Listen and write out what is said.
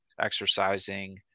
exercising